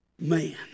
man